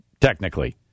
technically